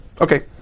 Okay